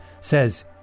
Says